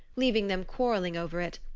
leaving them quarreling over it,